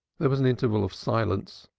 there was an interval of silence,